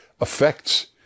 affects